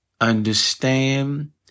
understand